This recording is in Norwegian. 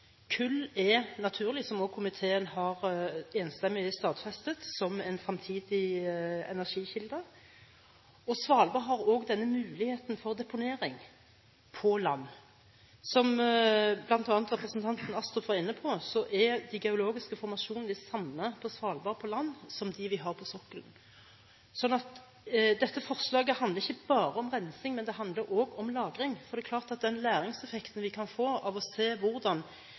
Kull er naturlig, som også komiteen enstemmig har stadfestet, som en fremtidig energikilde. Svalbard har også muligheten for deponering på land. Som bl.a. representanten Astrup var inne på, er de geologiske formasjonene de samme på land på Svalbard som dem vi har på sokkelen. Så dette forslaget handler ikke bare om rensing, men det handler også om lagring. Det er klart at den læringseffekten vi kan få ved å se hvordan